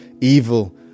evil